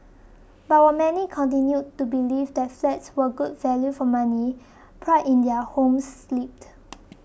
but while many continued to believe that flats were good value for money pride in their homes slipped